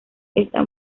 está